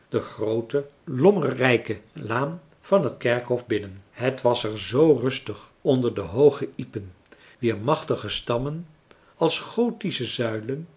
de groote lommerrijke laan van het kerkhof binnen marcellus emants een drietal novellen het was er zoo rustig onder de hooge ypen wier machtige stammen als gothische zuilen